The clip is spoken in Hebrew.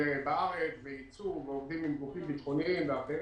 הם עובדים עם גופים ביטחוניים ואחרים